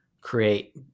create